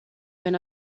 wenn